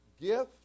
gift